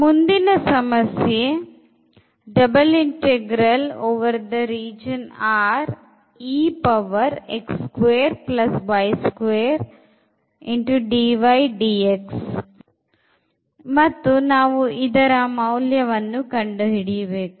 ಮುಂದಿನ ಸಮಸ್ಯೆ ನ ಮೌಲ್ಯವನ್ನು ಕಂಡುಹಿಡಿಯುವುದು